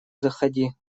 заходи